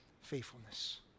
Faithfulness